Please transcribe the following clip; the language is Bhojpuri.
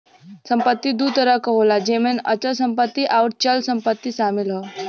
संपत्ति दू तरह क होला जेमन अचल संपत्ति आउर चल संपत्ति शामिल हौ